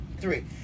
Three